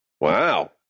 Wow